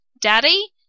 Daddy